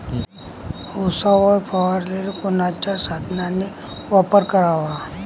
उसावर फवारनीले कोनच्या साधनाचा वापर कराव?